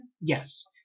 yes